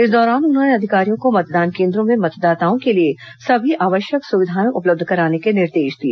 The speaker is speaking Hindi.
इस दौरान उन्होंने अधिकारियों को मतदान केंद्रों में मतदाताओं के लिए सभी आवश्यक सुविधाएं उपलब्ध कराने के निर्देश दिए